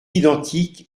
identique